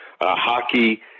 Hockey